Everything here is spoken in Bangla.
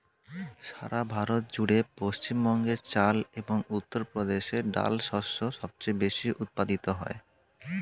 সারা ভারত জুড়ে পশ্চিমবঙ্গে চাল এবং উত্তরপ্রদেশে ডাল শস্য সবচেয়ে বেশী উৎপাদিত হয়